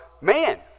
man